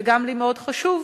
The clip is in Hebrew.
וגם לי מאוד חשוב,